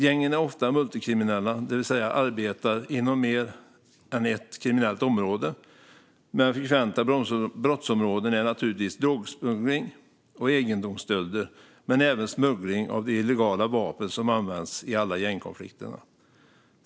Gängen är ofta multikriminella, det vill säga arbetar inom mer än bara ett kriminellt område. Men frekventa brottsområden är naturligtvis drogsmuggling och egendomsstölder, men även smuggling av de illegala vapen som används i alla gängkonflikterna.